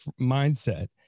mindset